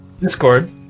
Discord